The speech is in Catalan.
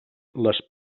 les